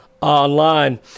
online